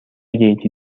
گیتی